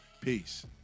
Peace